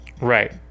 Right